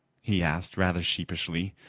he asked rather sheepishly,